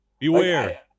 Beware